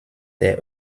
der